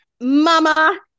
mama